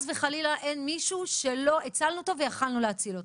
וחלילה אין מישהו שלא הצלנו אותו ויכולנו להציל אותו.